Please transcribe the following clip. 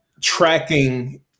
tracking